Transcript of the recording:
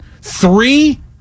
three